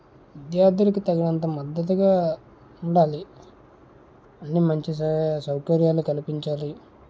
విద్యార్థులకు తగినంత మద్దతుగా ఉండాలి అన్ని మంచి సౌకర్యాలు కల్పించాలి